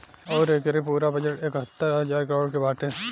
अउर एके पूरा बजट एकहतर हज़ार करोड़ के बाटे